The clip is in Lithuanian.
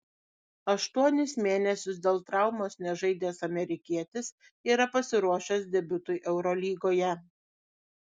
aštuonis mėnesius dėl traumos nežaidęs amerikietis yra pasiruošęs debiutui eurolygoje